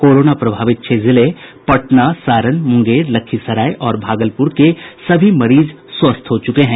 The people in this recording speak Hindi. कोरोना प्रभावित छह जिले पटना सारण मुंगेर लखीसराय और भागलपुर के सभी मरीज स्वस्थ हो चुके हैं